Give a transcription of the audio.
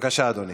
בבקשה, אדוני.